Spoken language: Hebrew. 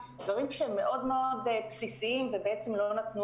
דברים שהם מאוד מאוד בסיסיים ובעצם לא נתנו